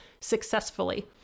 successfully